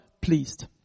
pleased